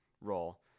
role